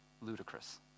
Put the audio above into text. ludicrous